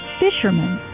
fishermen